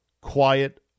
quiet